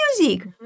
music